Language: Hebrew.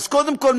אז קודם כול,